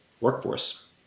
workforce